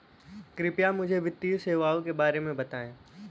कृपया मुझे वित्तीय सेवाओं के बारे में बताएँ?